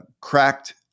Cracked